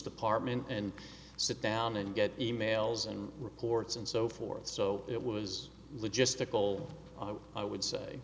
department and sit down and get e mails and reports and so forth so it was logistical i would say